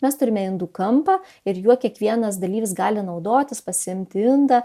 mes turime indų kampą ir juo kiekvienas dalyvis gali naudotis pasiimti indą